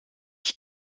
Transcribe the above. ich